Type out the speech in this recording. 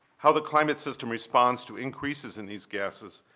how the climate system responds to increases in these gases,